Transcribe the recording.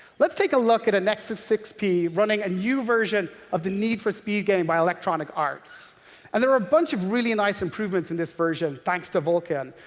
let's take a look at a nexus six p running a knew version of the need for speed game by electronic arts and there are a bunch of really nice improvements in this version thanks to vulkan.